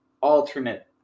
alternate